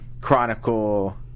Chronicle